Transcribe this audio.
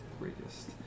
Greatest